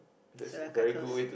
so we are quite close